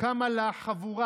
קמה לה חבורה